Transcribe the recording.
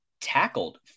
tackled